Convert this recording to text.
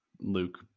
Luke